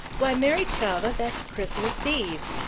why, mary chavah. that's christmas eve.